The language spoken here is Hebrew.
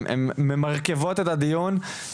הן ממרכבות את הדיון.